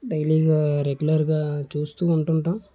డైలీగా రెగ్యులర్గా చూస్తు ఉంటు ఉంటాం